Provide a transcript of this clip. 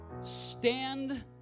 stand